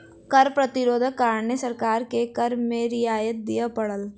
कर प्रतिरोधक कारणें सरकार के कर में रियायत दिअ पड़ल